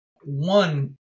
one